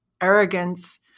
arrogance